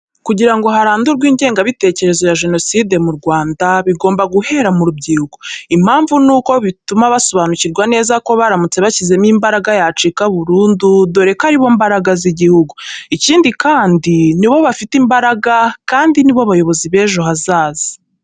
Kugira ngo harandurwe ingengabitekerezo ya jenoside mu Rwanda, bigomba guhera mu rubyiruko. Impamvu ni uko bituma basobanukirwa neza ko baramutse bashyizemo imbaraga yacika burundu dore ko ari bo mbaraga z'iguhugu. Ikindi kandi, nibo bafite imbaraga kandi nibo bayobozi b'ejo hazaza.